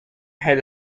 had